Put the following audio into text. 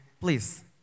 please